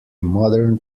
modern